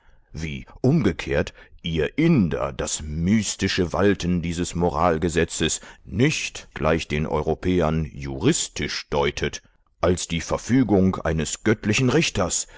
wie umgekehrt ihr inder das mystische walten dieses moralgesetzes nicht gleich den europäern juristisch deutet als die verfügung eines göttlichen richters